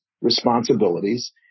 responsibilities